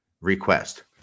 request